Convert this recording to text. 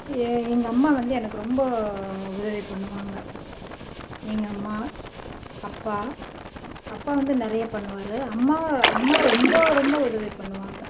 என் எங்கள் அம்மா வந்து எனக்கு ரொம்ப உதவி பண்ணுவாங்க எங்கள் அம்மா அப்பா அப்பா வந்து நிறைய பண்ணுவார் அம்மா அம்மா ரொம்ப ரொம்ப உதவி பண்ணுவாங்க